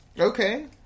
Okay